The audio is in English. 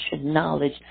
knowledge